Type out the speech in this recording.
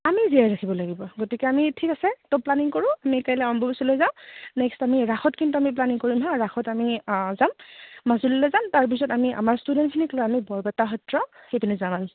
আমি জীয়াই ৰাখিব লাগিব গতিকে আমি ঠিক আছে ত' প্লেনিং কৰোঁ আমি কাইলৈ অম্বুবাচীলৈ যাওঁ নেক্সত আমি ৰাসত কিন্তু আমি প্লেনিং কৰিম হা ৰাসত আমি যাম মাজুলীলৈ যাম তাৰপিছত আমি আমাৰ ষ্টুডেণ্টখিনিক লৈ আমি বৰপেটা সত্ৰ সেইপিনে যাম আৰু